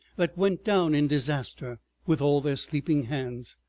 that went down in disaster with all their sleeping hands,